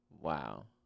wow